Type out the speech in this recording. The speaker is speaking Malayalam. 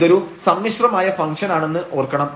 ഇത് ഒരു സമ്മിശ്രമായ ഫംഗ്ഷൻ ആണെന്ന് ഓർക്കണം